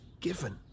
given